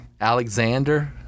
Alexander